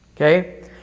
okay